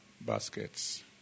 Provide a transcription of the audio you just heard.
baskets